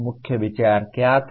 मुख्य विचार क्या था